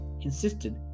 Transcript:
insisted